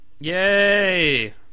yay